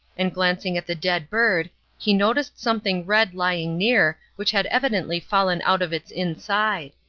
and glancing at the dead bird he noticed something red lying near which had evidently fallen out of its inside.